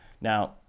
Now